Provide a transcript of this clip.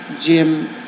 Jim